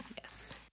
yes